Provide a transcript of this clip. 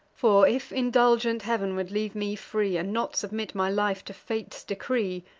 for, if indulgent heav'n would leave me free, and not submit my life to fate's decree,